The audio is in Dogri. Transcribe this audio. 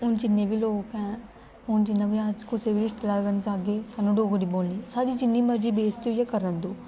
हून जिन्ने बी लोक हैं हून जियां बी अस कुसै बी रिश्तेदार कन्नै जाग्गे सानूं डोगरी बोलनी साढ़ी जिन्नी मर्जी बेसती होई जा करन देओ